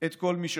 את כל מי שחוזר?